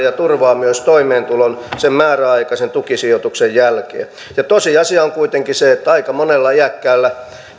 ja turvaa myös toimeentulon sen määräaikaisen tukisijoituksen jälkeen tosiasia on kuitenkin se että aika monella iäkkäällä